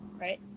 right